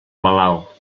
malalt